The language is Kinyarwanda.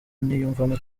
niyumvamo